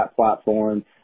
platform